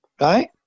right